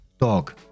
dog